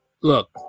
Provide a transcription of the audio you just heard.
Look